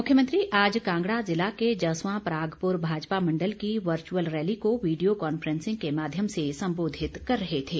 मुख्यमंत्री आज कांगड़ा जिला के जसवां परागपुर भाजपा मण्डल की वर्चुअल रैली को वीडियो कांफ्रेंसिंग के माध्यम से सम्बोधित कर रहे थे